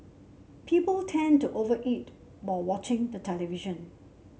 people tend to over eat while watching the television